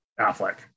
affleck